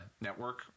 network